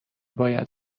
باید